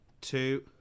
two